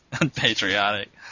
Unpatriotic